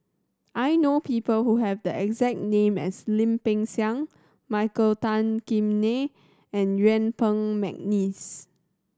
I know people who have the exact name as Lim Peng Siang Michael Tan Kim Nei and Yuen Peng McNeice